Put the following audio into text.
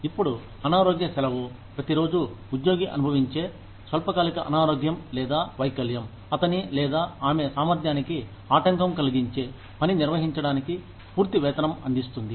ఇప్పుడు అనారోగ్య సెలవు ప్రతి రోజూ ఉద్యోగి అనుభవించే స్వల్పకాలిక అనారోగ్యం లేదా వైకల్యం అతని లేదా ఆమె సామర్థ్యానికి ఆటంకం కలిగించే పని నిర్వహించడానికి పూర్తి వేతనం అందిస్తుంది